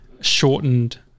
shortened